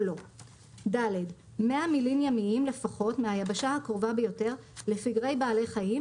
לא; (ד) 100 מילין ימיים לפחות מהיבשה הקרובה ביותר לפגרי בעלי חיים,